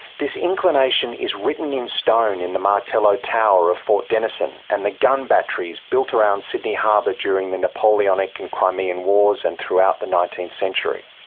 this inclination is written in stone in the martello tower of fort denison and the gun batteries built around sydney harbour during the napoleonic and crimean wars and throughout the nineteenth century.